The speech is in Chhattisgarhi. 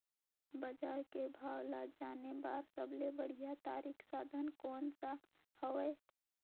बजार के भाव ला जाने बार सबले बढ़िया तारिक साधन कोन सा हवय?